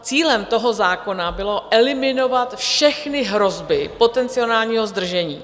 Cílem toho zákona bylo eliminovat všechny hrozby potenciálního zdržení.